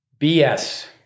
BS